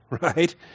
right